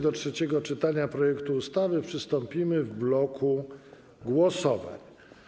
Do trzeciego czytania projektu ustawy przystąpimy w bloku głosowań.